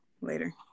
Later